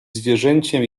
zwierzęciem